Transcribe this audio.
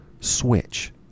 switch